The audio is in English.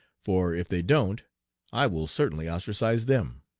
for if they don't i will certainly ostracize them.